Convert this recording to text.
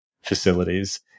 facilities